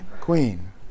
queen